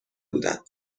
بودند